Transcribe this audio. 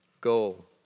goal